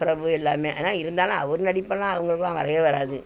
பிரபு எல்லாம் ஆனால் இருந்தாலும் அவர் நடிப்பெல்லாம் அவுங்களுக்கெல்லாம் வரவே வராது